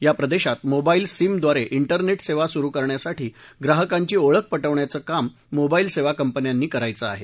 या प्रदेशात मोबाईल सिमद्वारे इंडिनेशिसेवा सुरू करण्यासाठी ग्राहकांची ओळख प विण्याचं काम मोबाईल सेवा कंपन्यांनी करायचं आहे